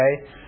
okay